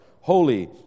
holy